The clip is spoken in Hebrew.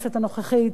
בכנסת הנוכחית,